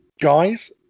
guys